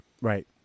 Right